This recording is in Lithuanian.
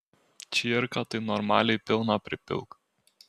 čierką tai normaliai pilną pripilk